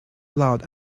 loud